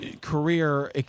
career